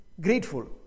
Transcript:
grateful